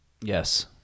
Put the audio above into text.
Yes